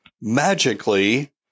magically